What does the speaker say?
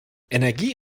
energie